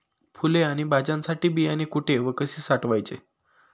फुले आणि भाज्यांसाठी बियाणे कुठे व कसे साठवायचे?